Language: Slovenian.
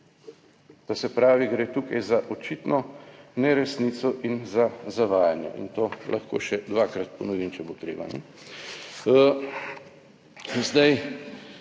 To se pravi, gre tukaj za očitno neresnico in za zavajanje in to lahko še dvakrat ponovim, če bo treba.